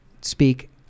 speak